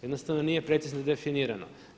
Jednostavno nije precizno definirano.